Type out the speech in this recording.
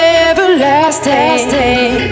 everlasting